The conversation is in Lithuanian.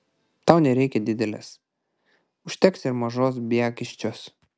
tau nereikia didelės užteks ir mažos biagiščios